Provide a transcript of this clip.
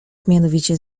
mianowicie